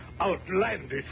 outlandish